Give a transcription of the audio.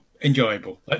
Enjoyable